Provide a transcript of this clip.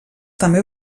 també